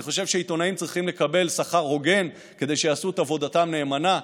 אני חושב שעיתונאים צריכים לקבל שכר הוגן כדי שיעשו את עבודתם נאמנה.